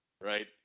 right